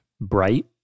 bright